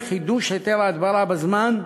חידוש היתר ההדברה בזמן,